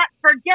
forget